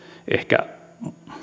ehkä